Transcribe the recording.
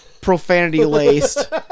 profanity-laced